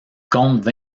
compte